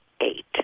eight